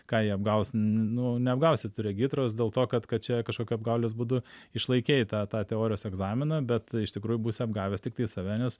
ką jie apgaus nu neapgausi tu regitros dėl to kad kad čia kažkokiu apgaulės būdu išlaikei tą tą teorijos egzaminą bet iš tikrųjų būsi apgavęs tiktai save nes